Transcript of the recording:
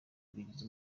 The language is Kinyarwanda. bigize